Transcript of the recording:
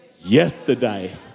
yesterday